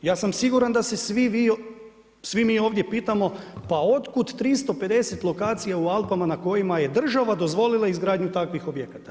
Ja sam siguran da se svi mi ovdje pitamo, pa od kud 350 lokacija u Alpama na kojima je država dozvolila izgradnju takvih objekata.